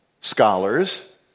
scholars